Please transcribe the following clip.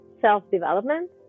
self-development